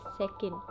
second